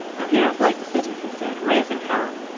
i'm here at blake city, he said, raising hell.